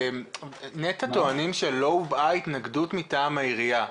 נת"ע טוענים שלא הובעה התנגדות מטעם העיריה.